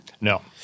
No